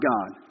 God